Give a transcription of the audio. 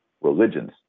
religions